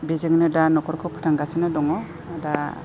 बेजोंनो दा न'खरखौ फोथांगासिनो दङ दा